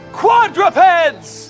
quadrupeds